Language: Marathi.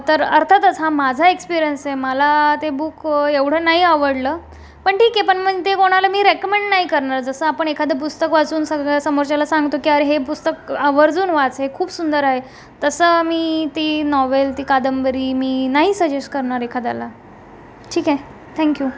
तर अर्थातच हा माझा एक्स्पिरिअन्स आहे मला ते बुक एवढं नाही आवडलं पण ठीक आहे पण मग मी ते कोणाला रेकमेंड नाही करणार जसं आपण एखादं पुस्तक वाचून सगळं समोरच्याला सांगतो की अरे हे पुस्तक आवर्जून वाच हे खूप सुंदर आहे तसं मी ती नॉवेल ती कादंबरी मी नाही सजेस्ट करणार एखाद्याला ठीक आहे थँक्यू